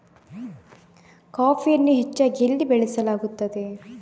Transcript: ಕಾಫಿಯನ್ನು ಹೆಚ್ಚಾಗಿ ಎಲ್ಲಿ ಬೆಳಸಲಾಗುತ್ತದೆ?